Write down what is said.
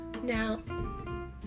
Now